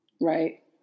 Right